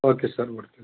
okay sir ಬರ್ತೀವಿ